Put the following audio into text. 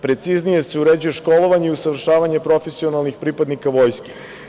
Preciznije se uređuje školovanje i usavršavanje profesionalnih pripadnika Vojske.